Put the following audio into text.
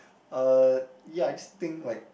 uh ya I just think like